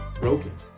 broken